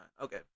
okay